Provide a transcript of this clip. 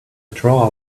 drawer